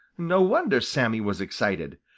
no wonder sammy was excited.